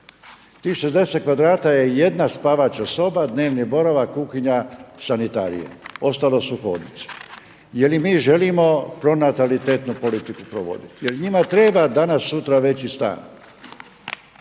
Tih 60 kvadrata je jedna spavaća soba, dnevni boravak, kuhinja, sanitarije. Ostalo su hodnici. Je li mi želimo pronatalitetnu politiku provoditi. Jer njima treba danas-sutra veći stan.